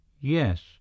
Yes